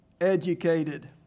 educated